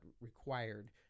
required –